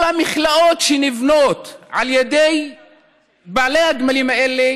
כל המכלאות שנבנות על ידי בעלי הגמלים האלה